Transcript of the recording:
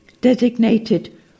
designated